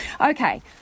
Okay